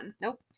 Nope